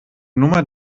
nummer